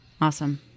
Awesome